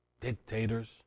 dictators